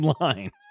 line